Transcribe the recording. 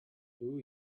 two